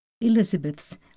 elizabeth's